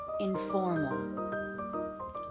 informal